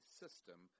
system